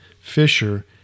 Fisher